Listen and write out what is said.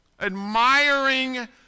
Admiring